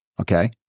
Okay